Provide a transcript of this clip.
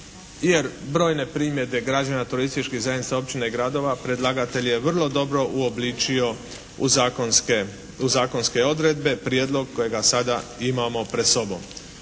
Jer brojne primjedbe građana, turističkih zajednica, općina i gradova predlagatelj je vrlo dobro uobličio u zakonske, u zakonske odredbe prijedlog kojega sada imamo pred sobom.